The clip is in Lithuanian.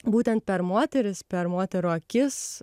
būtent per moteris per moterų akis